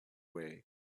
way